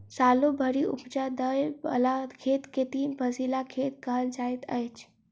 सालो भरि उपजा दय बला खेत के तीन फसिला खेत कहल जाइत अछि